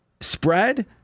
spread